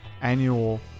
annual